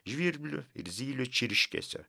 žvirblių ir zylių čirškesio